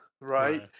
right